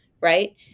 right